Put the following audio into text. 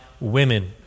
women